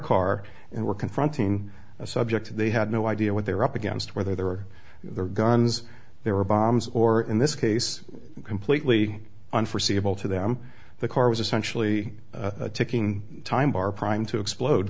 car and were confronting a subject they had no idea what they were up against whether there were guns there were bombs or in this case completely on forseeable to them the car was essentially a ticking time bomb or primed to explode